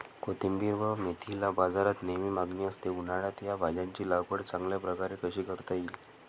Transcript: कोथिंबिर व मेथीला बाजारात नेहमी मागणी असते, उन्हाळ्यात या भाज्यांची लागवड चांगल्या प्रकारे कशी करता येईल?